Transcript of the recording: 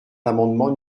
l’amendement